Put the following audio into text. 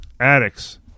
addicts